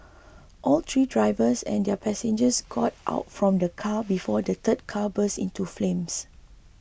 all three drivers and their passengers got out from the car before the third car burst into flames